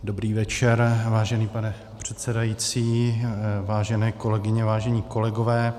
Dobrý večer, vážený pane předsedající, vážené kolegyně, vážení kolegové.